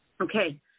Okay